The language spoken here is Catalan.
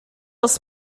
els